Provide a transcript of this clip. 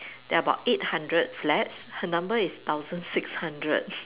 there're about eight hundred flats her number is thousand six hundred